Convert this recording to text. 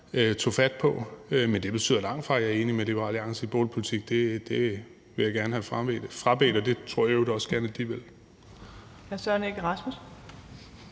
tog fat på. Men det betyder langtfra, at jeg er enig med Liberal Alliance i boligpolitik – det vil jeg gerne have mig frabedt, og det tror jeg i øvrigt også gerne de vil.